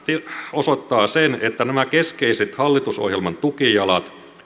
osoittaa sen että oppositiopuolueet ovat hyväksyneet nämä keskeiset hallitusohjelman tukijalat